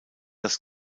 das